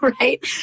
right